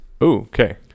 okay